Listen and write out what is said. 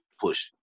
push